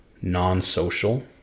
non-social